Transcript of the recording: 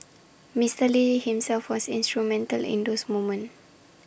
Mister lee himself was instrumental in those moments